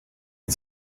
die